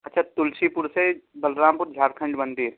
اچھا تلسی پور سے بلرام پور جھارکھنڈ مندر